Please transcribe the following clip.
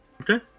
Okay